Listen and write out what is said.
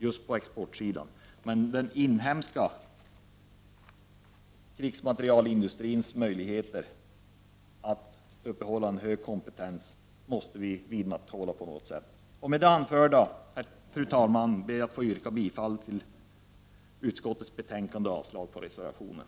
För mig är det uppenbart att den inhemska krigsmaterielindustrins möjligheter att uppehålla en hög kompetens på något sätt måste vidmakthållas. 91 Med det anförda, fru talman, ber jag att få yrka bifall till utskottets hemställan och avslag på reservationen.